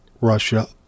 Russia